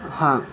हां